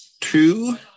two